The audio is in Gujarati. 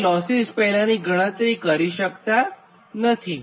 તમે લોસીસ પહેલાથી ગણી શકતાં નથી